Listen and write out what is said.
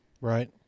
Right